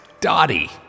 Dottie